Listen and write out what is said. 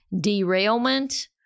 derailment